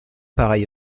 pareil